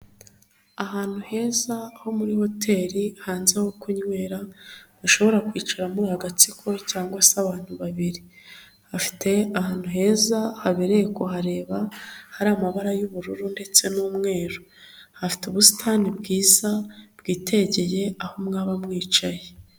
ahantu heza ho muri hoteli, hanze ho kunywera, HAshobora kwicaramo agatsiko cyangwa se abantu babiri, bafite ahantu heza habereye kuhareba, hari amabara y'ubururu ndetse n'umweru, hafite ubusitani bwiza bwitegeye aho mwaba mwicaye.